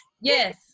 Yes